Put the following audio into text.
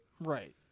Right